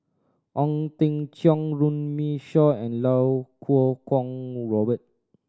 Ong Teng Cheong Runme Shaw and Iau Kuo Kwong Robert